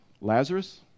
Lazarus